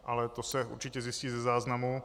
Ale to se určitě zjistí ze záznamu.